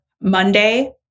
Monday